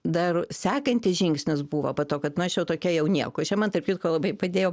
dar sekantis žingsnis buvo po to kad nu aš jau tokia jau nieko čia man tarp kitko labai padėjo